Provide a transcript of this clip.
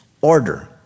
order